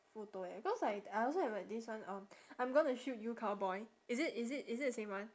photo eh cause like I also have like this one um I'm gonna shoot you cowboy is it is it is it the same one